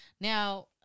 Now